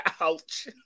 Ouch